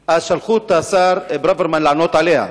נכון, הוא ראוי וצריך לעשות אותו,